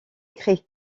créé